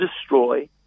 destroy